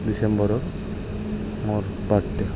ডিচেম্বৰৰ মোৰ birthday হয়